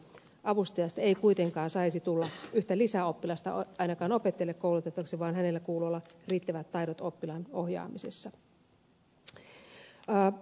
avustajasta ei kuitenkaan saisi tulla yhtä lisäoppilasta ainakaan opettajalle koulutettavaksi vaan hänellä kuuluu olla riittävät taidot oppilaan ohjaamisessa